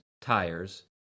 tires